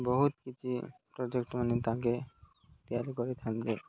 ବହୁତ କିଛି ପ୍ରୋଜେକ୍ଟ ମାନେ ତାଙ୍କେ ତିଆରି କରିଥାନ୍ତି